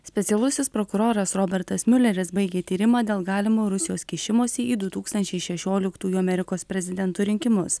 specialusis prokuroras robertas miuleris baigė tyrimą dėl galimo rusijos kišimosi į du tūkstančiai šešioliktųjų amerikos prezidento rinkimus